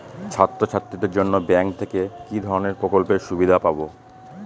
ছাত্রছাত্রীদের জন্য ব্যাঙ্ক থেকে কি ধরণের প্রকল্পের সুবিধে পাবো?